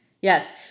yes